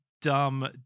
dumb